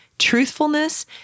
truthfulness